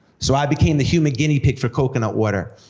so i became the human guinea pig for coconut water.